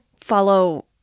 follow